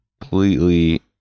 completely